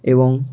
এবং